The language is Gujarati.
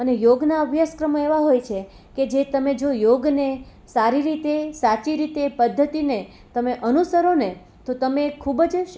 અને યોગના અભ્યાસક્રમ એવા હોય છે કે જે તમે જો યોગને સારી રીતે સાચી રીતે પદ્ધતિને તમે અનુસરોને તો તમે ખૂબ જ